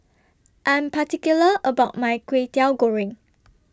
I'm particular about My Kwetiau Goreng